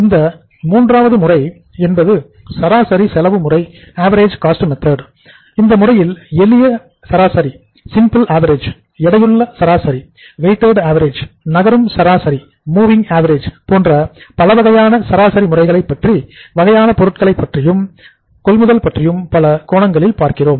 இந்த மூன்றாவது முறை என்பது அவரேஜ் காஸ்ட் மெத்தட் போன்ற பலவகையான சராசரி முறைகள் பல வகையான பொருட்களை பற்றியும் பொருட்கள் கொள்முதல் பற்றியும் பல கோணங்களில் பார்க்கிறோம்